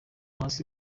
hasi